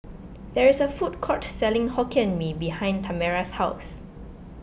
there is a food court selling Hokkien Mee behind Tamera's house